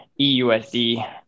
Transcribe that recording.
EUSD